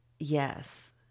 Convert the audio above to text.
Yes